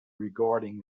regarding